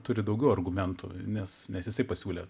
turi daugiau argumentų nes nes jisai pasiūlė